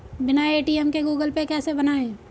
बिना ए.टी.एम के Google Pay कैसे बनायें?